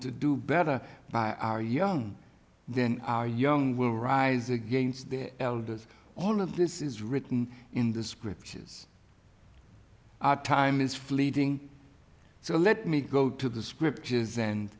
to do better by our young then our young will rise against their elders all of this is written in the scriptures time is fleeting so let me go to the scriptures and